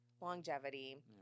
longevity